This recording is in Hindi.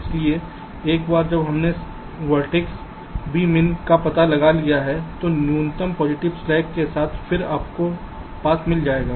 इसलिए एक बार जब हमने वर्सेटेक्स वी मिन का पता लगा लिया है तो न्यूनतम पॉजिटिव स्लैक के साथ फिर आपको पाथ मिल जाएगा